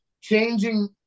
changing